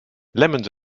lemons